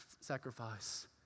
sacrifice